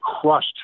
crushed